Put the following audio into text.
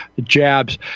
jabs